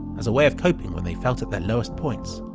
as a way of coping when they felt at their lowest points.